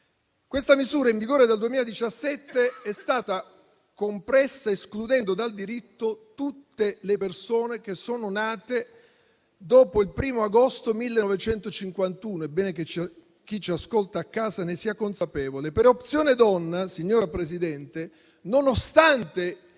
Questa misura, in vigore dal 2017, è stata compressa escludendo dal diritto tutte le persone che sono nate dopo il 1o agosto 1951. È bene che chi ci ascolta a casa ne sia consapevole. Per Opzione donna, signora Presidente, nonostante